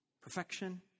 perfection